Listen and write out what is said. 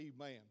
Amen